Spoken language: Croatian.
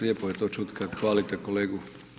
Lijepo je to čut kad hvalite kolegu.